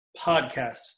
podcast